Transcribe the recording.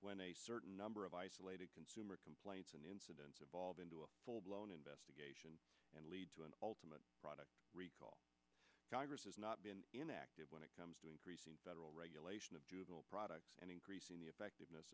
when a certain number of isolated consumer complaints and incidents involved into a full blown investigation and lead to an ultimate product recall congress has not been inactive when it comes to federal regulation of products and increasing the effectiveness